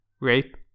Rape